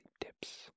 tips